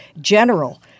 general